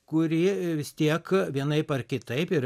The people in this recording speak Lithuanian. kurie vis tiek vienaip ar kitaip ir